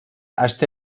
aste